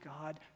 God